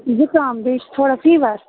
زُکام بیٚیہِ چھُ تھوڑا فیٖوَر